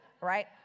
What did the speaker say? Right